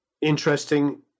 interesting